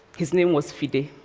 his name was fide.